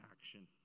action